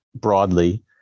broadly